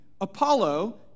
Apollo